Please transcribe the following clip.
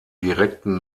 direkten